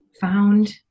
found